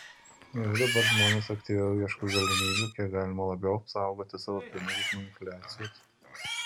jau dabar žmonės aktyviau ieško galimybių kiek galima labiau apsaugoti savo pinigus nuo infliacijos